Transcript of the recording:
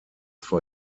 vor